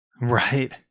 Right